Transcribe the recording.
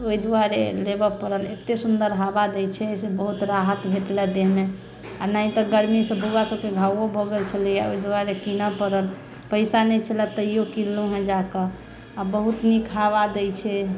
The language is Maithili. तऽ एहि दुआरे लेबऽ पड़ल एते सुन्दर हवा दै छै एहि से बहुत राहत भेटलहँ देहमे आ नहि तऽ गर्मी से बउवा सभके घाओ भए गेल छलैहँ ओइ दुआरे किनऽ पड़ल पैसा नहि छलेै हँ तैयो किनलहुँ हँ जाकऽ आ बहुत नीक हवा दै छै